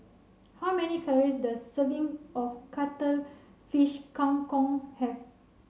how many calories does serving of Cuttlefish Kang Kong have